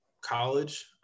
college